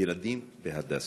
ילדים בהדסה.